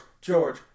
George